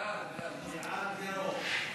בעד, ירוק.